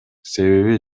себеби